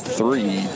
three